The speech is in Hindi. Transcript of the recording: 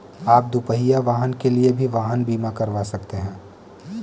आप दुपहिया वाहन के लिए भी वाहन बीमा करवा सकते हैं